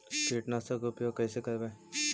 कीटनाशक के उपयोग कैसे करबइ?